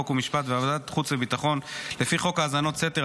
חוק ומשפט וועדת החוץ והביטחון לפי חוק האזנות סתר,